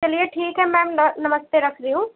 चलिए ठीक है मैम न नमस्ते रख रही हूँ